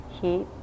heat